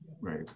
Right